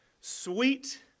Sweet